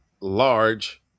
large